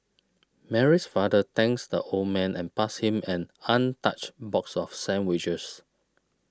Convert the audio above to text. Mary's father thanks the old man and passed him an untouched box of sandwiches